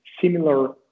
similar